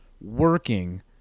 working